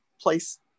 place